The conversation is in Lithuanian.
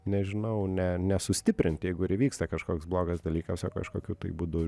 nežinau ne nesustiprint jeigu ir įvyksta kažkoks blogas dalykas o kažkokiu būdu